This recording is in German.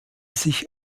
sich